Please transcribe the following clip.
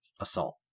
assault